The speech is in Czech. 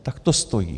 Tak to stojí.